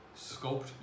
sculpt